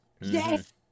Yes